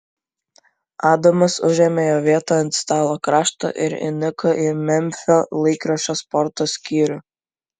adamas užėmė jo vietą ant stalo krašto ir įniko į memfio laikraščio sporto skyrių